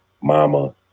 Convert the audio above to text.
mama